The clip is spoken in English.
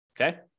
Okay